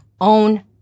own